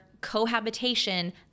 cohabitation